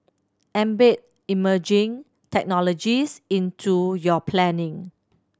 embed emerging technologies into your planning